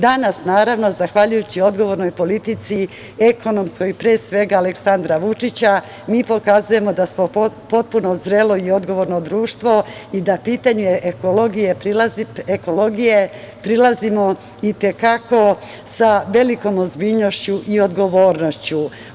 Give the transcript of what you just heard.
Danas, naravno, zahvaljujući odgovornoj politici, ekonomskoj pre svega, Aleksandra Vučića, mi pokazujemo da smo potpuno zrelo i odgovorno društvo i da pitanju ekologije, prilazimo i te kako sa velikom ozbiljnošću i odgovornošću.